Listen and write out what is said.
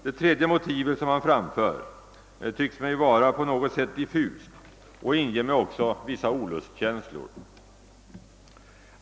Det tredje motivet som han framför tycks mig vara på något sätt diffust och inger mig också olustkänslor.